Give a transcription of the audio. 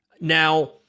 Now